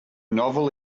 novel